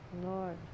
Lord